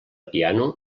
piano